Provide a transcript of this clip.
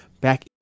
Back